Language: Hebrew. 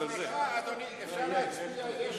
סליחה, אדוני, אפשר להצביע?